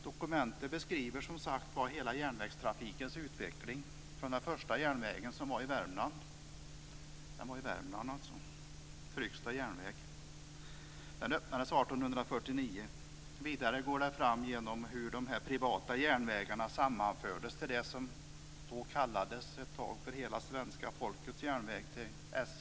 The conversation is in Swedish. Dokumentet beskriver som sagt hela järnvägstrafikens utveckling från den första järnvägen som var i Vidare går man igenom hur de privata järnvägarna sammanfördes till det som ett tag kallades hela svenska folkets järnväg, alltså SJ.